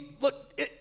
look